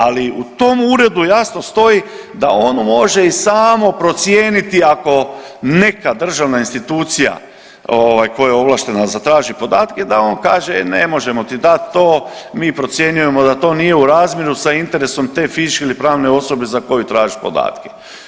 Ali u tom uredu jasno stoji da on može i samo procijeniti ako neka državna institucija koja je ovlaštena zatraži podatke, da on kaže e ne možemo ti dat to, mi procjenjujemo da to nije u razmjeru sa interesom te fizičke ili pravne osobe za koju tražiš podatke.